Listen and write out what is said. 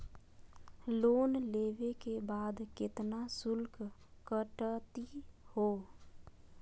Loan लेवे के बाद केतना शुल्क कटतही हो?